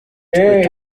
twe